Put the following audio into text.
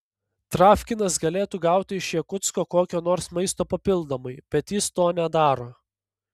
travkinas galėtų gauti iš jakutsko kokio nors maisto papildomai bet jis to nedaro